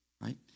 right